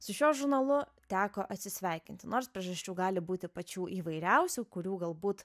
su šiuo žurnalu teko atsisveikinti nors priežasčių gali būti pačių įvairiausių kurių galbūt